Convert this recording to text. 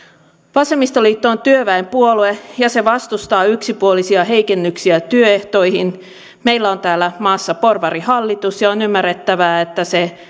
vasemmistoliitto on työväenpuolue ja se vastustaa yksipuolisia heikennyksiä työehtoihin meillä on täällä maassa porvarihallitus ja on ymmärrettävää että se